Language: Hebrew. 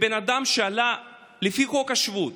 בן אדם שעלה לפי חוק השבות